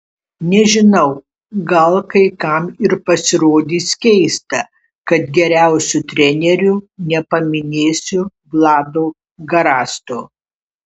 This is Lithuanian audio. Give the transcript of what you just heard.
nežinau gal kai kam ir pasirodys keista kad geriausiu treneriu nepaminėsiu vlado garasto